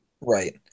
right